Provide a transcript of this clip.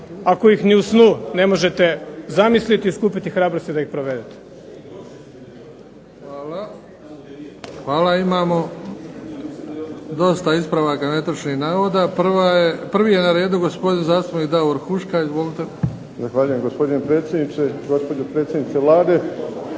ako ih ni u snu ne možete zamisliti i skupiti hrabrosti da ih provedete. **Bebić, Luka (HDZ)** Hvala. Imamo dosta ispravaka netočnih navoda. Prvi je na redu gospodin zastupnik Davor Huška. Izvolite. **Huška, Davor (HDZ)** Zahvaljujem gospodine predsjedniče, gospođo predsjednice Vlade,